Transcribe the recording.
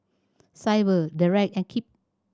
Syble Dereck and Kipp